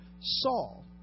Saul